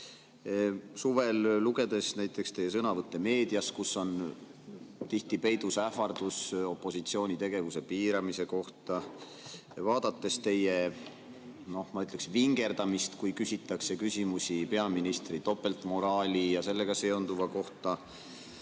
lugedes näiteks teie sõnavõtte meedias, kus on tihti peidus ähvardus opositsiooni tegevuse piiramise kohta, vaadates teie, ma ütleksin, vingerdamist, kui küsitakse küsimusi peaministri topeltmoraali ja sellega seonduva kohta